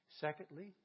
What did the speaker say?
Secondly